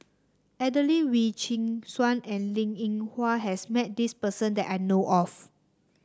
Adelene Wee Chin Suan and Linn In Hua has met this person that I know of